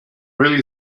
really